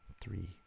three